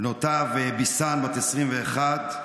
בנותיו ביסאן, בת 21,